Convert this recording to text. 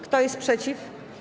Kto jest przeciw?